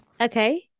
Okay